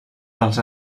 dels